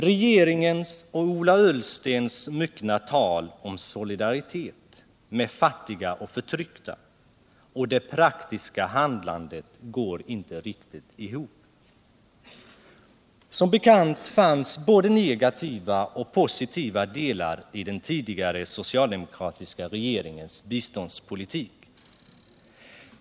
Regeringens och Ola Ullstens myckna tal om solidaritet med fattiga och förtryckta och det praktiska handlandet går inte riktigt ihop. Som bekant fanns både negativa och positiva delar i den tidigare socialdemokratiska regeringens biståndspolitik.